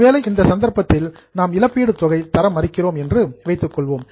ஒருவேளை இந்த சந்தர்ப்பத்தில் நாம் இழப்பீடு தொகை தர மறுக்கிறோம் என்று வைத்துக்கொள்வோம்